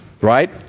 right